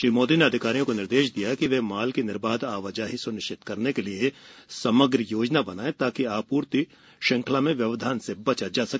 श्री मोदी ने अधिकारियों को निर्देश दिया कि वे माल की निर्बाध आवाजाही सुनिश्चित करने के लिए समग्र योजना बनाएं ताकि आपूर्ति श्रृंखला में व्यवघान से बचा जा सके